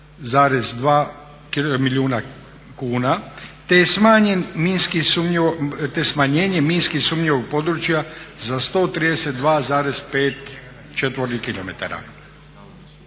milijuna kuna te smanjenje minski sumnjivog područja za 132,5 četvornih kilometara.